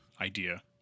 idea